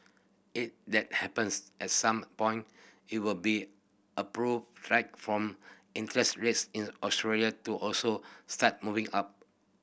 it that happens at some point it will be form interest rates in Australia to also start moving up